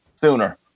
sooner